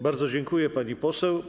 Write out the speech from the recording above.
Bardzo dziękuję, pani poseł.